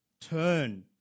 Turn